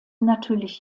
natürlich